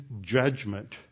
judgment